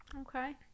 okay